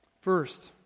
First